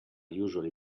usually